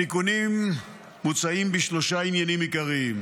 התיקונים מוצעים בשלושה עניינים עיקריים: